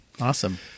awesome